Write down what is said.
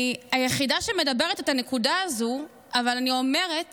אני היחידה שמדברת את הנקודה הזאת, אבל אני אומרת